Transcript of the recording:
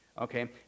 Okay